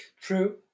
True